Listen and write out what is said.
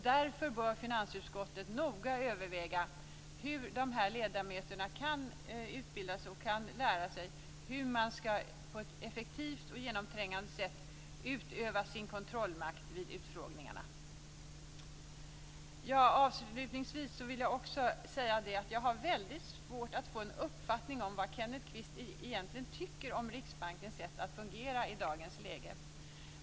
Därför bör finansutskottet noga överväga hur ledamöterna kan utbildas och lära sig hur de på ett effektivt och genomträngande sätt kan utöva sin kontrollmakt vid utfrågningarna. Jag har svårt att få en uppfattning om vad Kenneth Kvist egentligen tycker om Riksbankens sätt att fungera i dagens läge.